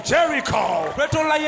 Jericho